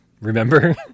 remember